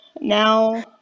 now